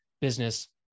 business